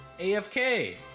AFK